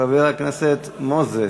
חבר הכנסת מוזס,